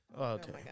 Okay